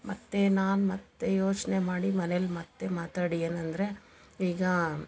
ಮತ್ತೆ ನಾನು ಮತ್ತೆ ಯೋಚನೆ ಮಾಡಿ ಮನೇಲ್ಲಿ ಮತ್ತೆ ಮಾತಾಡಿ ಏನಂದರೆ ಈಗ